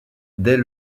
dès